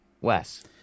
Wes